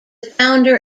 founder